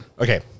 Okay